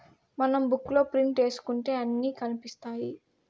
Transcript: మనం బుక్ లో ప్రింట్ ఏసుకుంటే అన్ని కనిపిత్తాయి